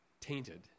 tainted